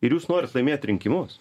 ir jūs norit laimėt rinkimus